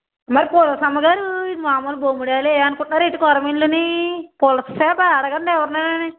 మరి పులస అమ్మగారు ఇది మామూలు బొమ్మిడైలు అనుకుంటున్నారా కోరమేలునీ పులస చేప అడగండి ఎవరినైనా